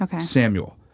Samuel